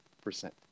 percent